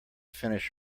finish